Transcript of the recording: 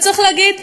צריך להגיד,